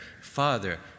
Father